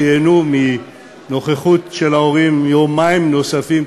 שייהנו מנוכחות ההורים יומיים נוספים,